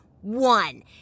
one